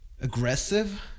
aggressive